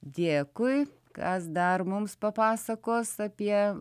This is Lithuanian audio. dėkui kas dar mums papasakos apie